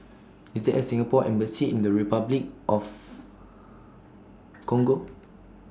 IS There A Singapore Embassy in Repuclic of Congo